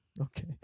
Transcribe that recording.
Okay